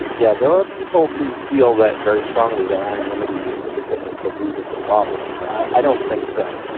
yeah there are people who feel that very strongly, that anonymity is is at at the root of the problem here. i don't think so,